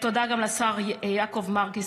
תודה גם לשר יעקב מרגי,